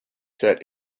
set